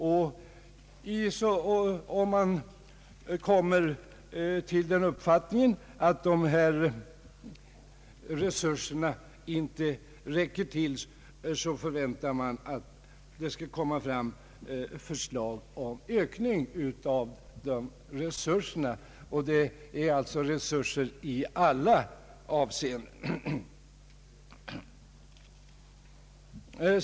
Om man kommer till den uppfattningen att resurserna inte räcker till, förväntar utskottet förslag om ökning. Det gäller alltså resurser i alla avseenden.